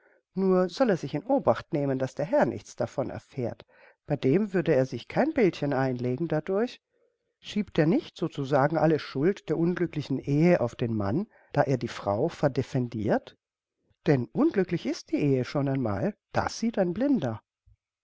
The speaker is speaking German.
nur soll er sich in obacht nehmen daß der herr nichts davon erfährt bei dem würde er sich kein bildchen einlegen dadurch schiebt er nicht so zu sagen alle schuld der unglücklichen ehe auf den mann da er die frau verdefendirt denn unglücklich ist die ehe schon einmal das sieht ein blinder